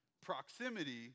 Proximity